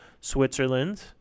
switzerland